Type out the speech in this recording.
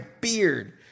beard